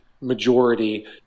majority